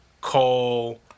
Cole